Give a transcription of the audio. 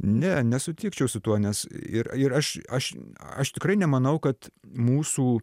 ne nesutikčiau su tuo nes ir ir aš aš aš tikrai nemanau kad mūsų